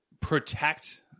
protect